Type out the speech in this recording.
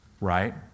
Right